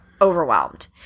overwhelmed